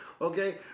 Okay